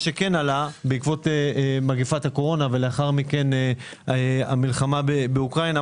בעקבות מגפת הקורונה ולאחר מכן המלחמה באוקראינה,